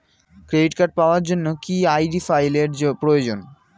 Credit card পাওয়ার জন্য কি আই.ডি ফাইল এর প্রয়োজন?